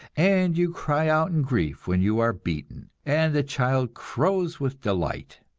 and you cry out in grief when you are beaten, and the child crows with delight.